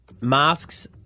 masks